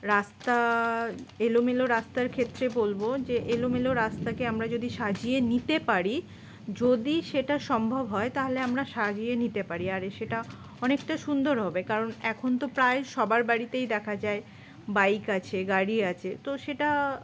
রাস্তা এলোমেলো রাস্তার ক্ষেত্রে বলব যে এলোমেলো রাস্তাকে আমরা যদি সাজিয়ে নিতে পারি যদি সেটা সম্ভব হয় তাহলে আমরা সাজিয়ে নিতে পারি আর সেটা অনেকটা সুন্দর হবে কারণ এখন তো প্রায় সবার বাড়িতেই দেখা যায় বাইক আছে গাড়ি আছে তো সেটা